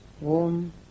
Warm